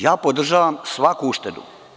Ja podržavam svaku uštedu.